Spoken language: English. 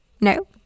No